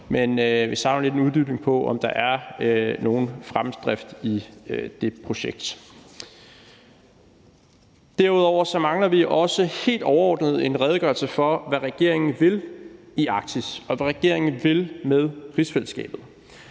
men vi savner lidt en uddybning af, om der er nogen fremdrift i det projekt. Derudover mangler vi også helt overordnet en redegørelse for, hvad regeringen vil i Arktis, og hvad regeringen vil med rigsfællesskabet.